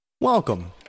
Welcome